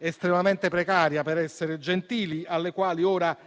estremamente precaria, per essere gentili, alle quali il